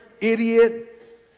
idiot